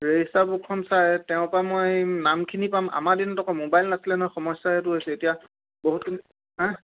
register বুকখন চাই তেওঁৰ পৰা মই নামখিনি পাম আমাৰ দিনতক ম'বাইল নাছিলে নহয় সমস্যা সেইটো হৈছে এতিয়া বহুতখিনি হা